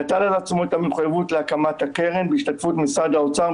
נטל על עצמו את המחויבות להקמת הקרן בהשתתפות משרד האוצר,